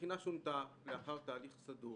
הבחינה שונתה לאחר תהליך סדור